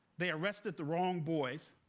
they arrested the wrong boys,